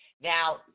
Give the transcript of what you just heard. Now